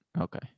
Okay